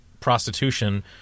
prostitution